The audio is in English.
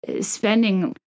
spending